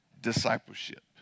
discipleship